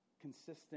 consistent